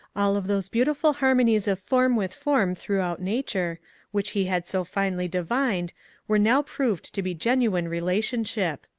all of those beautiful harmonies of form with form throughout nature which he had so finely divined were now proved to be genuine rela tionship.